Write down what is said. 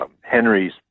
Henry's